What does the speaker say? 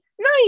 nice